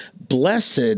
Blessed